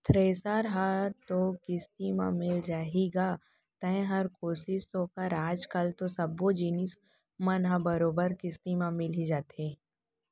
thresher हर तो किस्ती म मिल जाही गा तैंहर कोसिस तो कर आज कल तो सब्बो जिनिस मन ह बरोबर किस्ती म मिल ही जाथे